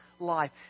life